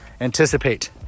anticipate